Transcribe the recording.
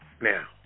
Now